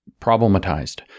problematized